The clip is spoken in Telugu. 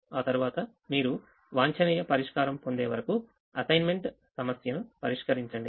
ఆ తర్వాత మీరు సాధ్యమయ్యే పరిష్కారం పొందే వరకు అసైన్మెంట్ సమస్యను పరిష్కరించండి